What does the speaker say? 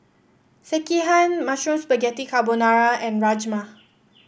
Sekihan Mushroom Spaghetti Carbonara and Rajma